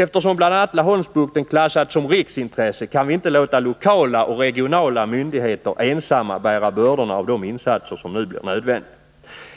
Eftersom bl.a. Laholmsbukten klassas som riksintresse kan vi inte låta lokala och regionala myndigheter ensamma bära bördorna av de insatser som nu blir nödvändiga.